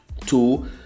two